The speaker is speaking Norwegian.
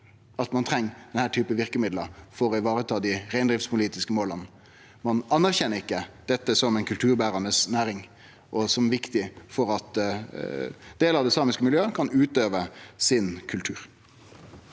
at ein treng denne typen verkemiddel for å vareta dei reindriftspolitiske måla. Ein anerkjenner ikkje dette som ei kulturberande næ ring som er viktig for at delar av det samiske miljøet kan utøve kulturen